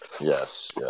Yes